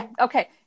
okay